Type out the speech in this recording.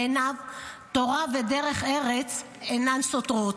בעיניו תורה ודרך ארץ אינן סותרות,